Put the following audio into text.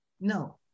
no